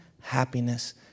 happiness